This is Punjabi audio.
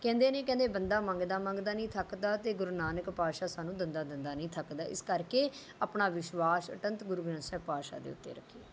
ਕਹਿੰਦੇ ਨੇ ਕਹਿੰਦੇ ਬੰਦਾ ਮੰਗਦਾ ਮੰਗਦਾ ਨਹੀਂ ਥੱਕਦਾ ਅਤੇ ਗੁਰੂ ਨਾਨਕ ਪਾਤਸ਼ਾਹ ਸਾਨੂੰ ਦਿੰਦਾ ਦਿੰਦਾ ਨਹੀਂ ਥੱਕਦਾ ਇਸ ਕਰਕੇ ਆਪਣਾ ਵਿਸ਼ਵਾਸ ਅਟੱਲ ਗੁਰੂ ਗ੍ਰੰਥ ਸਾਹਿਬ ਪਾਤਸ਼ਾਹ ਦੇ ਉੱਤੇ ਰੱਖੀਏ